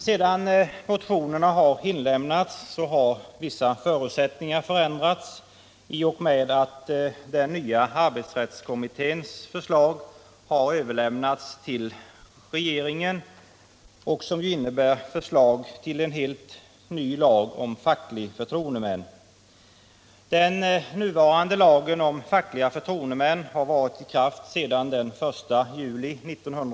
Sedan motionerna inlämnades har vissa förutsättningar förändrats i och med att den nya arbetsrättskommittén har överlämnat sitt förslag till regeringen, vilket ju innebär förslag till en förtroendemän har varit i kraft sedan den 1 juli 1974 och har haft en Onsdagen den stor uppgift att fylla.